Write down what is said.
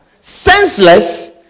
senseless